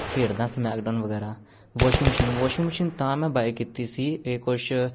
ਖੇਡਦਾ ਸਮੈਕਡਾਊਨ ਵਗੈਰਾ washing machine washing machine ਤਾਂ ਮੈਂ ਬਾਏ ਕੀਤੀ ਸੀ ਇਹ ਕੁਛ